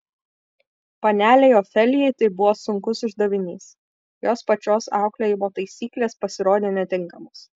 panelei ofelijai tai buvo sunkus uždavinys jos pačios auklėjimo taisyklės pasirodė netinkamos